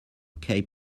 cape